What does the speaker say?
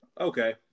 okay